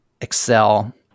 Excel